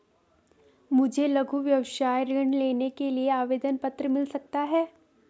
मुझे लघु व्यवसाय ऋण लेने के लिए आवेदन पत्र मिल सकता है?